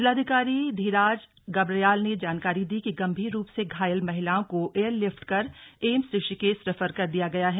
जिलाधिकारी धीराज गर्ब्याल ने जानकारी दी कि गंभीर रूप से घायल महिलाओं को एयर लिफ्ट कर एम्स ऋषिकेश रेफर कर दिया गया है